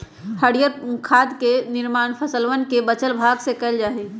हरीयर खाद के निर्माण फसलवन के बचल भाग से कइल जा हई